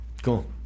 Cool